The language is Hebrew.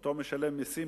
אותו משלם מסים?